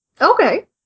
Okay